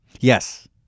Yes